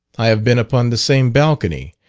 i have been upon the same balcony,